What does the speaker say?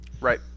Right